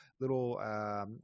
little